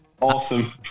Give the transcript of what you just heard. Awesome